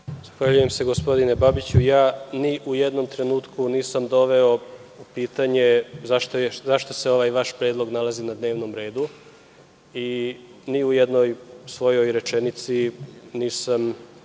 Zahvaljujem se, gospodine Babiću. Ni u jednom trenutku, ja nisam doveo u pitanje zašto se ovaj vaš predlog nalazi na dnevnom redu. Ni u jednoj svojoj rečenici nisam